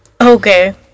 Okay